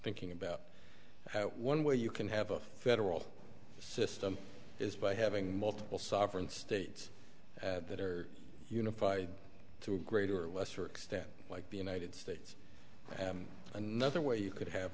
thinking about how one way you can have a federal system is by having multiple sovereign states that are unified to a greater or lesser extent like the united states and another way you could have